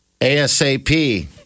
ASAP